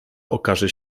okaże